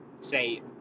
say